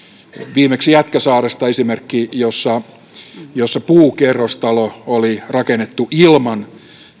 viimeksi jätkäsaaresta on esimerkki jossa jossa puukerrostalo oli rakennettu ilman